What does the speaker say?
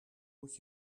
moet